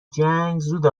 جنگ، زود